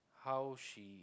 how she